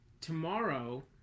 tomorrow